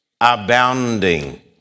Abounding